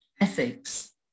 Ethics